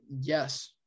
yes